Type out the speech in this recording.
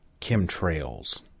chemtrails